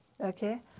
Okay